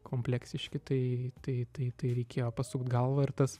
kompleksiški tai tai tai tai reikėjo pasukt galvą ir tas